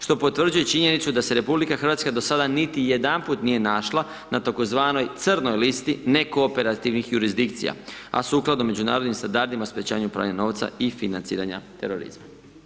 Što potvrđuje činjenicu da se RH niti jedanput nije našla na tzv. crnoj listi nekooperativnih jurisdikcija a sukladno međunarodnim standardima o sprječavanju pranja novca i financiranja terorizma.